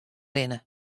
rinne